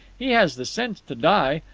he has the sense to die.